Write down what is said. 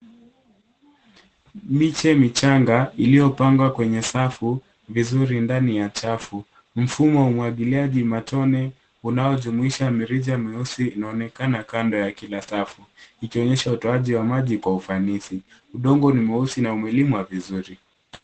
Miche michanga iliyopangwa kwenye safu vizuri ndani ya chafu. Mfumo wa umwagiliajia matone unaojumuisha mirija mieusi unaonekana kando ya kila safu, ikionyesha utuaji wa maji kwa ufanisi. Udongo ni mweusi na umelimwa vizuri.